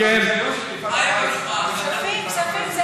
כספים, כספים.